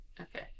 okay